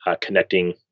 connecting